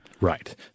Right